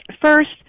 First